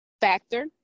factor